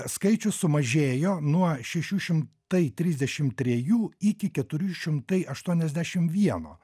skaičius sumažėjo nuo šešių šimtai trisdešim trijų iki keturi šimtai aštuoniasdešim vieno